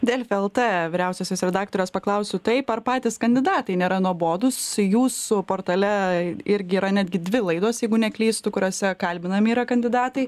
delfi lt vyriausiosios redaktorės paklausiu taip ar patys kandidatai nėra nuobodūs jūsų portale irgi yra netgi dvi laidos jeigu neklystu kuriose kalbinami yra kandidatai